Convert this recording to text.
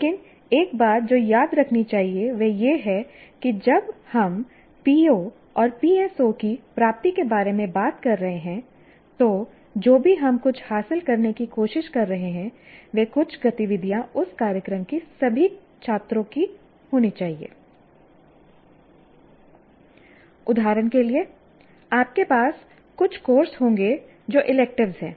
लेकिन एक बात जो याद रखनी चाहिए वह यह है कि जब हम POs और PSOs की प्राप्ति के बारे में बात कर रहे हैं तो जो भी हम कुछ हासिल करने की कोशिश कर रहे हैं कुछ गतिविधियां उस कार्यक्रम की सभी छात्रों को करनी चाहिएI उदाहरण के लिए आपके पास कुछ कोर्स होंगे जो इलेक्टिव्स हैं